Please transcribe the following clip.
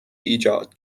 ایجاد